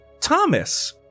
Thomas